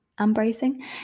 embracing